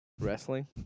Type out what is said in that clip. wrestling